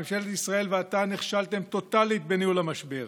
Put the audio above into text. ממשלת ישראל ואתה נכשלתם טוטלית בניהול המשבר.